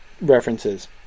references